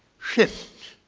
shift